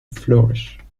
flourish